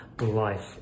life